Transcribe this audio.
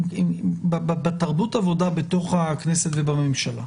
בתרבות עבודה בתוך הכנסת ובממשלה,